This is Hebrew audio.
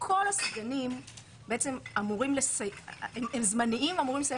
כל הסגנים בעצם הם זמניים ואמורים לסיים